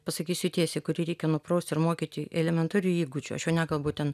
pasakysiu tiesiai kurį reikia nupraust ir mokyti elementarių įgūdžių aš jau nekalbu ten